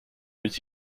was